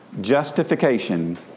justification